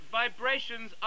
vibrations